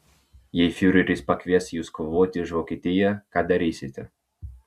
jei fiureris pakvies jus kovoti už vokietiją ką darysite